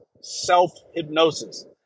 self-hypnosis